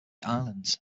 islands